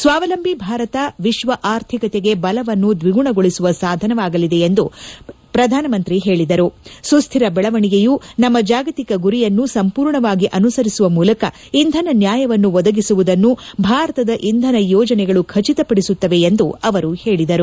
ಸ್ವಾವಲಂಬಿ ಭಾರತ ವಿಶ್ವ ಆರ್ಥಿಕತೆಗೆ ಬಲವನ್ನು ದ್ವಿಗುಣಗೊಳಿಸುವ ಸಾಧನವಾಗಲಿದೆ ಎಂದು ಹೇಳಿದ ಪ್ರಧಾನಿ ಸುಟ್ಟಿರ ಬೆಳವಣಿಗೆಯ ನಮ್ನ ಜಾಗತಿಕ ಗುರಿಯನ್ನು ಸಂಪೂರ್ಣವಾಗಿ ಅನುಸರಿಸುವ ಮೂಲಕ ಇಂಧನ ನ್ವಾಯವನ್ನು ಒದಗಿಸುವುದನ್ನು ಭಾರತದ ಇಂಧನ ಯೋಜನೆಗಳು ಖಚಿತಪಡಿಸುತ್ತವೆ ಎಂದು ಹೇಳಿದರು